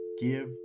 give